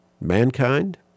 mankind